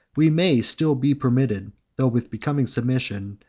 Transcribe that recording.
we may still be permitted, though with becoming submission,